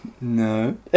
No